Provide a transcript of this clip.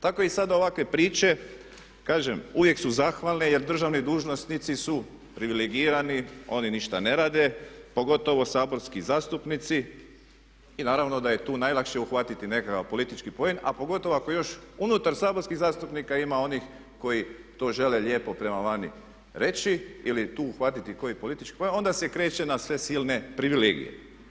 Tako i sada ovakve priče, kažem uvijek su zahvalne jer državni dužnosnici su privilegirani, oni ništa ne rade, pogotovo saborski zastupnici i naravno da je tu najlakše uhvatiti nekakav politički poen a pogotovo ako još unutar saborskih zastupnika ima onih koji to žele lijepo prema vani reći ili tu uhvatiti koji politički poen a onda se kreće na sve silne privilegije.